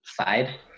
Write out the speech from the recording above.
side